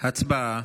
הצבעה.